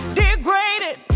degraded